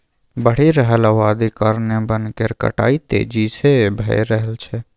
बढ़ि रहल अबादी कारणेँ बन केर कटाई तेजी से भए रहल छै